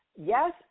yes